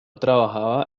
trabajaba